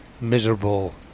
miserable